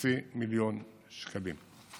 מחצי מיליון שקלים.